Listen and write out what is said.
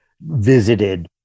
visited